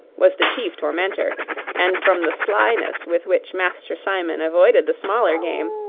was the chief tormentor and from the slyness with which master simon avoided the smaller game,